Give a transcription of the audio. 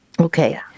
Okay